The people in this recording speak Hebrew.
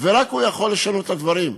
ורק הוא יכול לשנות את הדברים.